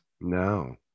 No